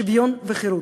שוויון וחירות.